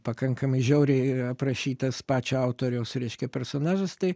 pakankamai žiauriai aprašytas pačio autoriaus reiškia personažas tai